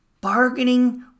bargaining